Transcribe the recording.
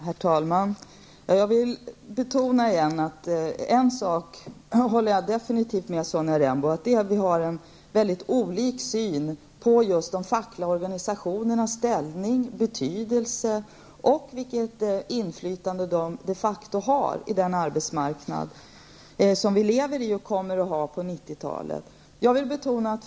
Herr talman! Jag vill återigen betona att jag definitivt håller med Sonja Rembo om att vi har olika syn på de fackliga organisationernas ställning, deras betydelse och vilket inflytande de de facto har på den arbetsmarknad vi har och kommer att ha på 90-talet.